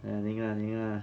eh 你赢赢 lah